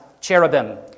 cherubim